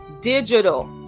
digital